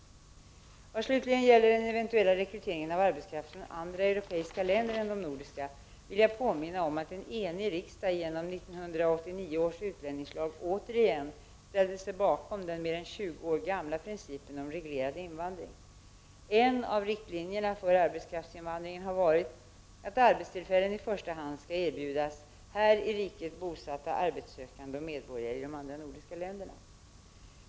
Vad slutligen gäller en eventuell rekrytering av arbetskraft från andra europeiska länder än de nordiska, vill jag påminna om att en enig riksdag genom 1989 års utlänningslag återigen ställde sig bakom den mer än 20 år gamla principen om reglerad invandring. En av riktlinjerna för arbetskraftsinvandringen har varit att arbetstillfällen i första hand skall erbjudas här i riket bosatta arbetssökande och medborgare i de andra nordiska länderna.